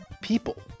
people